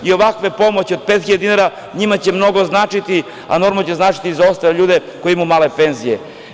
I ovakva pomoć od 5.000 dinara njima će mnogo značiti, a normalno da će značiti i za ostale ljude koji imaju male penzije.